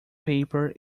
paper